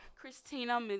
Christina